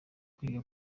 kwiga